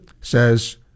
says